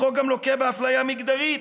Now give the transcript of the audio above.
החוק גם לוקה באפליה מגדרית,